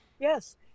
Yes